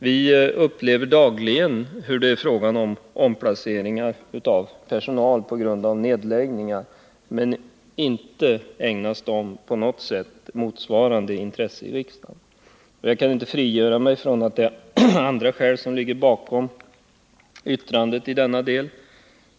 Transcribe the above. Vi upplever dagligen fall där personal omplaceras på grund av nedläggningar, utan att man ägnar dem tillnärmelsevis motsvarande intresse i riksdagen. Jag kan inte frigöra mig från tanken att det är andra skäl som ligger bakom det särskilda yttrandet i denna del.